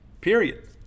period